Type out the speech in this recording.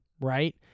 right